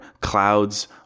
Clouds